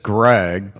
Greg